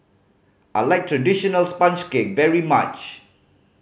I like traditional sponge cake very much